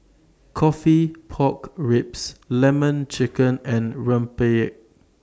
Coffee Pork Ribs Lemon Chicken and Rempeyek